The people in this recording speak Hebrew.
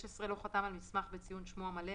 לא חתם על מסמך בציון שמו המלא,